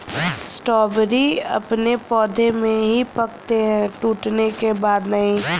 strawberry अपने पौधे में ही पकते है टूटने के बाद नहीं